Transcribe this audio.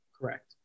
Correct